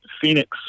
Phoenix